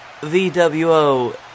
VWO